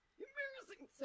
embarrassing